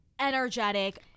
energetic